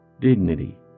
Dignity